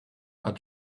are